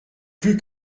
plus